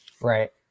Right